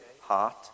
heart